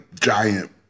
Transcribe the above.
giant